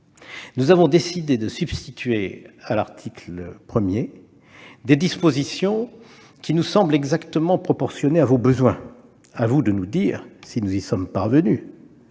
Nous avons décidé de substituer à l'article 1 des dispositions qui nous semblent exactement proportionnées à vos besoins. Il vous reviendra de nous dire si nous y sommes parvenus,